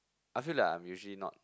I feel like I am usually not